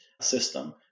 system